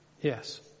Yes